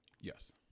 Yes